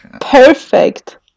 Perfect